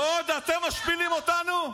ואתם עוד משפילים אותנו?